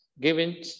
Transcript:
Given